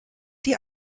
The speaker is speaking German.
die